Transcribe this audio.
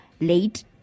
late